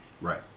Right